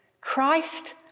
Christ